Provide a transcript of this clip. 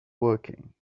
working